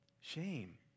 Shame